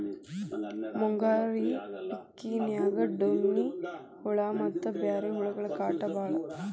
ಮುಂಗಾರಿ ಪಿಕಿನ್ಯಾಗ ಡೋಣ್ಣಿ ಹುಳಾ ಮತ್ತ ಬ್ಯಾರೆ ಹುಳಗಳ ಕಾಟ ಬಾಳ